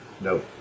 No